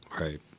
Right